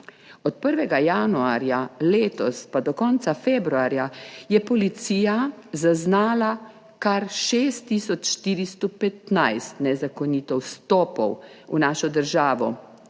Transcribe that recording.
Od 1. januarja letos pa do konca februarja je policija zaznala kar 6 tisoč 415 nezakonitih vstopov v našo državo.